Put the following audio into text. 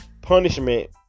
punishment